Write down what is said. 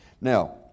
Now